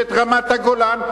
ואת רמת-הגולן,